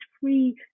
free